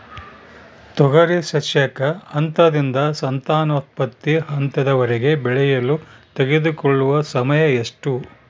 ತೊಗರಿ ಸಸ್ಯಕ ಹಂತದಿಂದ ಸಂತಾನೋತ್ಪತ್ತಿ ಹಂತದವರೆಗೆ ಬೆಳೆಯಲು ತೆಗೆದುಕೊಳ್ಳುವ ಸಮಯ ಎಷ್ಟು?